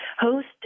host